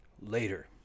later